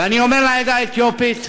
ואני אומר לעדה האתיופית,